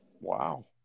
wow